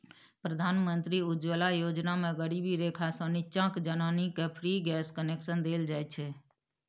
प्रधानमंत्री उज्जवला योजना मे गरीबी रेखासँ नीच्चाक जनानीकेँ फ्री गैस कनेक्शन देल जाइ छै